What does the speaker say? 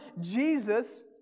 Jesus